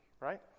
right